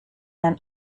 and